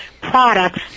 products